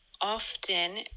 often